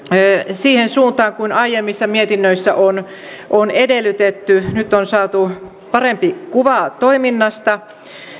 siihen suuntaan kuin aiemmissa mietinnöissä on on edellytetty nyt on saatu parempi kuva toiminnasta